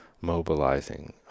mobilizing